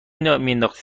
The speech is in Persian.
نداختی